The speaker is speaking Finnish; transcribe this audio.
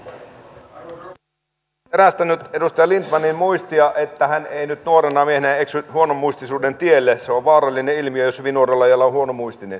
verestän nyt edustaja lindtmanin muistia että hän ei nyt nuorena miehenä eksy huonomuistisuuden tielle se on vaarallinen ilmiö jos hyvin nuorella iällä on huonomuistinen